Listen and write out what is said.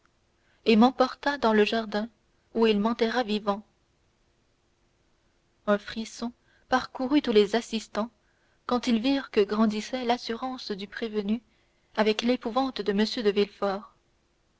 et m'emporta dans le jardin où il m'enterra vivant un frisson parcourut tous les assistants quand ils virent que grandissait l'assurance du prévenu avec l'épouvante de m de